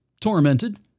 tormented